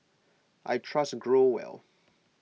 I trust Growell